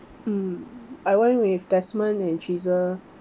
mm I went with desmond and theresa